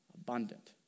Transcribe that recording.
abundant